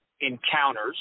encounters